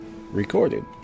Recorded